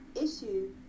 issue